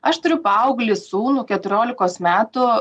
aš turiu paauglį sūnų keturiolikos metų